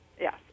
yes